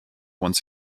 once